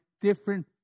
different